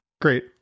great